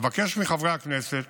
אבקש מחברי הכנסת